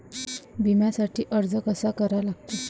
बिम्यासाठी अर्ज कसा करा लागते?